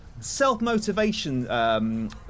self-motivation